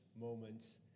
moments